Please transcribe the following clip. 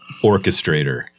orchestrator